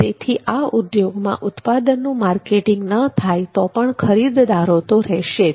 તેથી આ ઉદ્યોગમાં ઉત્પાદનનુ માર્કેટિંગ ન થાય તો પણ ખરીદદારો તો રહેશે જ